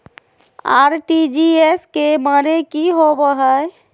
RTGS के माने की होबो है?